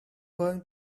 going